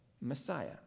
Messiah